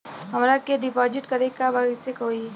हमरा के डिपाजिट करे के बा कईसे होई?